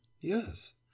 Yes